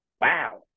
Wow